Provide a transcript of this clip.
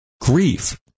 grief